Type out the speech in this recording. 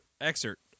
excerpt